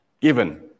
given